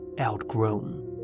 outgrown